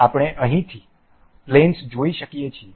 આપણે અહીંથી પ્લેનસ જોઈ શકીએ છીએ